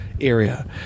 area